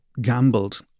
gambled